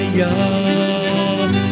young